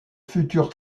futur